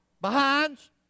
behinds